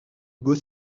beau